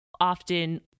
often